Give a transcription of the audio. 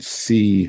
see